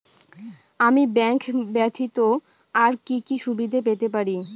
আমি ব্যাংক ব্যথিত আর কি কি সুবিধে পেতে পারি?